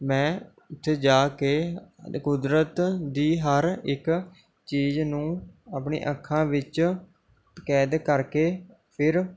ਮੈਂ ਉੱਥੇ ਜਾ ਕੇ ਕੁਦਰਤ ਦੀ ਹਰ ਇੱਕ ਚੀਜ਼ ਨੂੰ ਆਪਣੀਆਂ ਅੱਖਾਂ ਵਿੱਚ ਕੈਦ ਕਰਕੇ ਫਿਰ